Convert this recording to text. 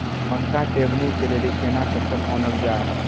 मक्का टेबनी के लेली केना ट्रैक्टर ओनल जाय?